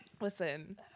Listen